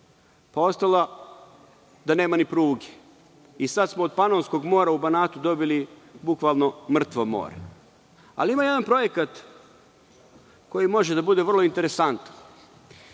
ostalo je da nema ni pruge. Sada smo od Panonskog mora u Banatu dobili bukvalno mrtvo more. Ima jedan projekat koji može da bude vrlo interesantan.